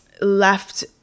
left